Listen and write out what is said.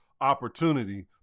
opportunity